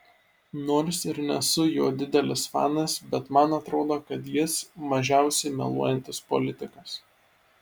nors ir nesu jo didelis fanas bet man atrodo kad jis mažiausiai meluojantis politikas